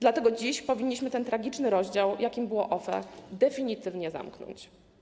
Dlatego dziś powinniśmy ten tragiczny rozdział, jakim było OFE, definitywnie zamknąć.